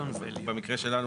במקרה שלנו